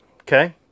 Okay